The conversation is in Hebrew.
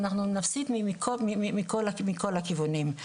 אנחנו נפסיד מכל הכיוונים.